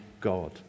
God